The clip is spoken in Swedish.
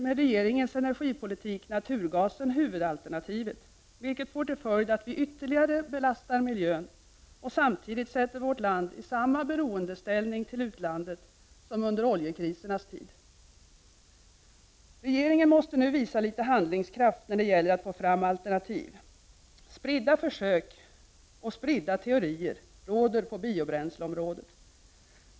Med regeringens energipolitik blir naturgasen i stället huvudalternativet, vilket får till följd att vi ytterligare belastar miljön och samtidigt sätter vårt land i samma beroendeställning till utlandet som under oljekrisernas tid. Regeringen måste nu visa litet handlingskraft när det gäller att få fram alternativ. Spridda försök har gjorts och spridda teorier förekommer på bränsleområdet.